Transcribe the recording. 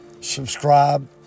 subscribe